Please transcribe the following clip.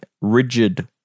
rigid